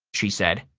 she said.